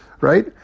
right